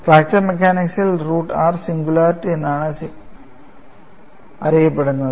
fracture മെക്കാനിക്സ്ൽ root r singularity എന്നാണ് singularity അറിയപ്പെടുന്നത്